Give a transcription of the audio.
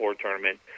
tournament